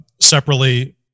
separately